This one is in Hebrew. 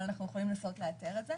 אבל אנחנו יכולים לנסות לאתר את זה.